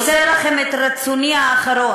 בן ירושלים, מוסר לכם את רצוני האחרון: